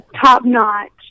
top-notch